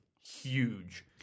huge